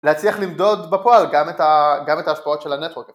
להצליח למדוד בפועל גם את ההשפעות של הנטוורקינג.